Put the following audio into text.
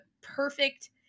perfect